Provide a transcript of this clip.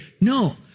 No